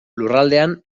lurraldean